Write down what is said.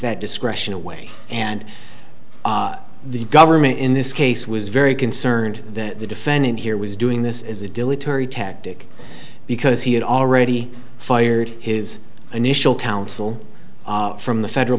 that discretion away and the government in this case was very concerned that the defendant here was doing this as a dilatory tactic because he had already fired his initial townsell from the federal